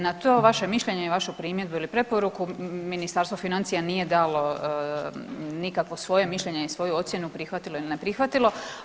Na to vaše mišljenje i vašu primjedbu ili preporuku Ministarstvo financija nije dalo nikakvo svoje mišljenje i svoju ocjenu prihvatilo ili ne prihvatilo.